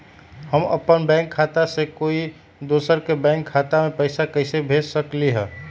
हम अपन बैंक खाता से कोई दोसर के बैंक खाता में पैसा कैसे भेज सकली ह?